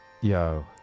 yo